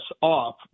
off